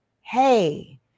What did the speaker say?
Hey